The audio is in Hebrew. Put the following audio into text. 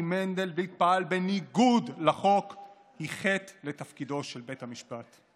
מנדלבליט פעל בניגוד לחוק היא חטא לתפקידו של בית המשפט.